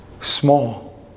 small